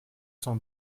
cent